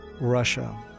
Russia